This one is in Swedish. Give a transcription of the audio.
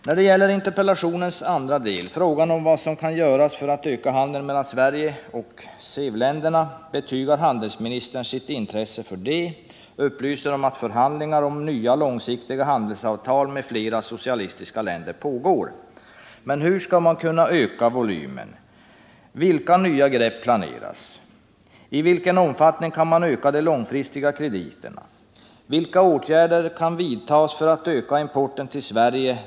När det gäller interpellationens andra del — frågan om vad som kan göras för att öka handeln mellan Sverige och SEV-länderna — betygar handelsministern sitt intresse för detta och upplyser om att förhandlingar om nya långsiktiga handelsavtal med flera av de socialistiska länderna pågår. Men hur skall man kunna öka volymen? Vilka nya grepp planeras? I vilken omfattning kan man öka de långfristiga krediterna? Vilka åtgärder kan vidtas för att öka importen till Sverige?